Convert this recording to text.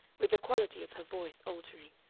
with the quality of her voice altering,